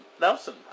Nelson